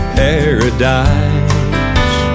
paradise